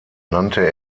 nannte